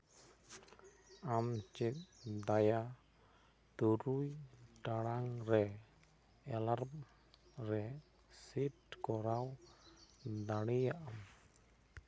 ᱟᱢ ᱪᱮᱫ ᱫᱟᱭᱟ ᱠᱟᱛᱮ ᱛᱩᱨᱩᱭ ᱴᱟᱲᱟᱝ ᱨᱮ ᱮᱞᱟᱨᱢ ᱥᱮᱴ ᱠᱚᱨᱟᱣ ᱫᱟᱲᱮᱭᱟᱜ ᱟᱢ